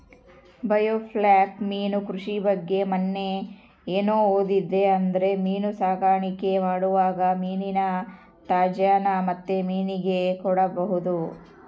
biofloc ಮೀನು ಕೃಷಿ ಬಗ್ಗೆ ಮನ್ನೆ ಏನು ಓದಿದೆ ಅಂದ್ರೆ ಮೀನು ಸಾಕಾಣಿಕೆ ಮಾಡುವಾಗ ಮೀನಿನ ತ್ಯಾಜ್ಯನ ಮತ್ತೆ ಮೀನಿಗೆ ಕೊಡಬಹುದು